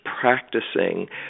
practicing